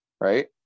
right